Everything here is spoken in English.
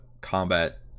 combat